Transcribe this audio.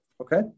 Okay